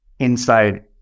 inside